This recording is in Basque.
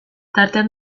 tartean